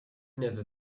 never